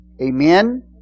amen